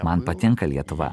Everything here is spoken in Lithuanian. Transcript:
man patinka lietuva